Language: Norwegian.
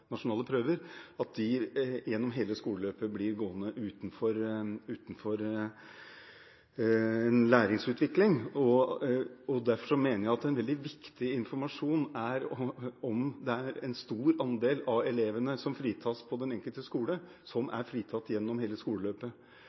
nasjonale prøver, og at de gjennom hele skoleløpet blir gående utenfor læringsutviklingen. Derfor mener jeg at en veldig viktig informasjon er om det er en stor andel av elevene som fritas på den enkelte skole, som er fritatt gjennom hele skoleløpet.